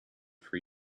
for